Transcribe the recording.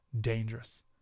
dangerous